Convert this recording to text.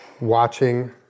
Watching